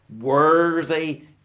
worthy